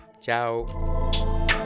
Ciao